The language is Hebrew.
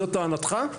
זו טענתך?